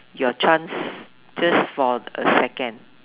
your chance just for a second